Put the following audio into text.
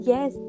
Yes